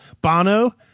Bono